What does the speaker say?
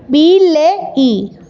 ବିଲେଇ